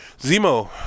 Zemo